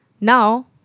now